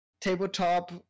tabletop